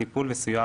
טיפול וסיוע,